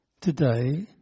today